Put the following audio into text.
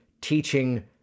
teaching